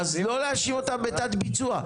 אז לא להאשים אותם בתת ביצוע,